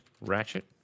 Ratchet